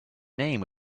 name